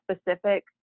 specific